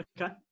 Okay